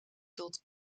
dot